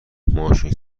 ماشین